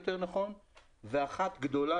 ואחת גדולה,